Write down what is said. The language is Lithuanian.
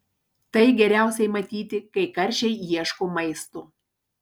tai geriausiai matyti kai karšiai ieško maisto